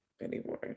anymore